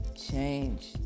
change